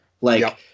like-